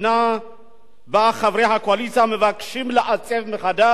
שבה חברי הקואליציה מבקשים לעצב מחדש